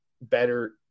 better